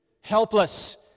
helpless